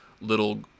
little